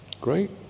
great